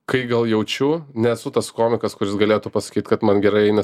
kai gal jaučiu nesu tas komikas kuris galėtų pasakyt kad man gerai